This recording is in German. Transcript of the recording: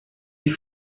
die